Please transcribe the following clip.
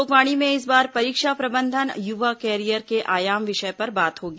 लोकवाणी में इस बार परीक्षा प्रबंधन और युवा कैरियर के आयाम विषय पर बात होगी